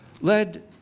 led